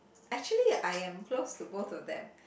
actually I am close to both of them